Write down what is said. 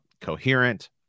coherent